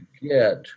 get